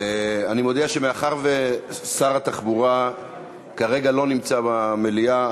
אני מודיע שמאחר ששר התחבורה כרגע לא נמצא במליאה,